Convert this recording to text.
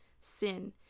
sin